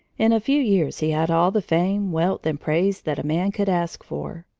in a few years he had all the fame, wealth, and praise that a man could ask for.